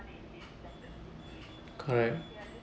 correct